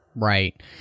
Right